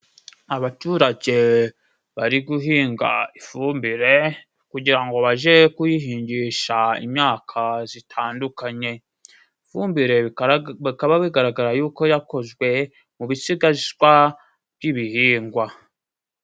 Abaturage bari guhinga ifumbire, kugira ngo bajye kuyihingisha imyaka zitandukanye. Ifumbire bakaba bigaragara yuko yakozwe mu bisigazwa by'ibihingwa.